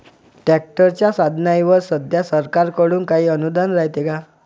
ट्रॅक्टरच्या साधनाईवर सध्या सरकार कडून काही अनुदान रायते का?